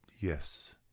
yes